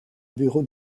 bureau